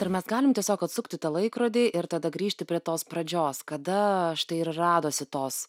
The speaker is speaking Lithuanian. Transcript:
ar mes galim tiesiog atsukti tą laikrodį ir tada grįžti prie tos pradžios kada štai ir radosi tos